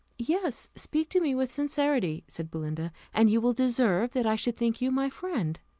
yes. speak to me with sincerity, said belinda, and you will deserve that i should think you my friend.